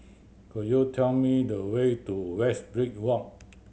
could you tell me the way to Westridge Walk